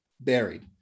buried